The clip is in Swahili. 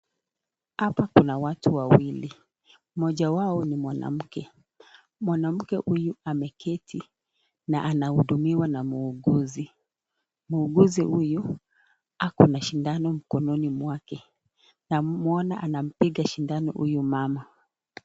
Hapa Kuna watu wawili, mmoja wao ni mwanamke. Mwanamke huyu ameketi na anahudumiwa na muuguzi. Muuguzi huyu ako na sindano mkononi mwake. Namuona anampiga sindano huyu mama.